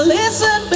listen